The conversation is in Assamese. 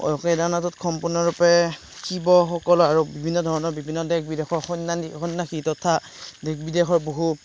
কেদাৰনাথত সম্পূৰ্ণৰূপে শিৱসকল আৰু বিভিন্ন ধৰণৰ বিভিন্ন দেশ বিদেশৰ সন্যানী সন্যাসী তথা দেশ বিদেশৰ বহু